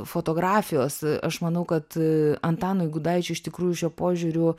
fotografijos aš manau kad e antanui gudaičiui iš tikrųjų šiuo požiūriu